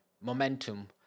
momentum